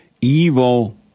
evil